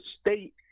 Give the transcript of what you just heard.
state